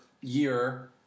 year